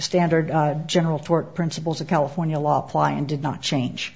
standard general for principles of california law apply and did not change